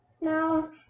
No